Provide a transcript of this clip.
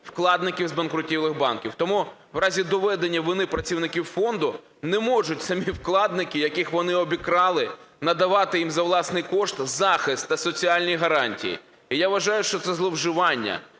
вкладників збанкрутілих банків. Тому у разі доведення вини працівників фонду не можуть самі вкладники, яких вони обікрали, надавати їм за власний кошт захист та соціальні гарантії. І я вважаю, що це зловживання.